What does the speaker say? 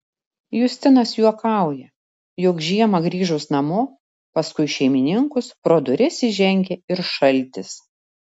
justinas juokauja jog žiemą grįžus namo paskui šeimininkus pro duris įžengia ir šaltis